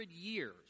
years